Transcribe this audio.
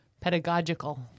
Pedagogical